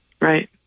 Right